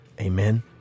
amen